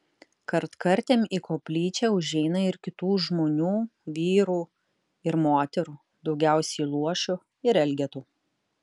kartkartėm į koplyčią užeina ir kitų žmonių vyrų ir moterų daugiausiai luošių ir elgetų